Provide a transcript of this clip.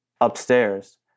Upstairs